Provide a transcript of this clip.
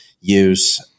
use